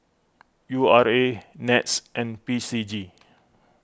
U R A NETS and P C G